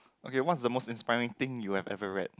okay what is the most inspiring thing you had ever read